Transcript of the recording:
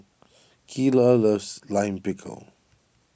Keyla loves Lime Pickle